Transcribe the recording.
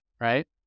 Right